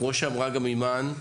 כמו שאמרה גם אימאן,